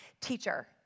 Teacher